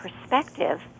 perspective